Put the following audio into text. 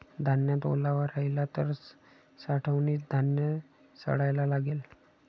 धान्यात ओलावा राहिला तर साठवणीत धान्य सडायला लागेल